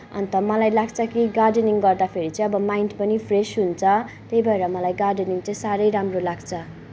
अन्त मलाई लाग्छ कि गार्डनिङ गर्दाखेरि चाहिँ अब माइन्ड पनि फ्रेस हुन्छ त्यही भएर मलाई गार्डनिङ चाहिँ सारै राम्रो लाग्छ